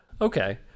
Okay